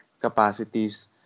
capacities